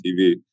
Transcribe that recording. TV